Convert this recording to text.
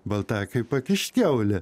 baltakiui pakišt kiaulę